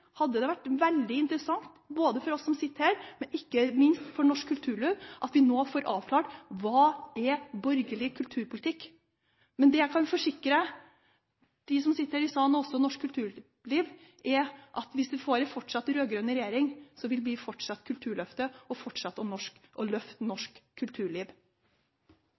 hadde det vært veldig interessant både for oss som sitter her, og ikke minst for norsk kulturliv, at vi nå får avklart hva som er borgerlig kulturpolitikk. Det jeg kan forsikre dem som sitter her i salen – og også norsk kulturliv – om, er at hvis vi får en fortsatt rød-grønn regjering, vil vi fortsette Kulturløftet og fortsette å løfte norsk kulturliv.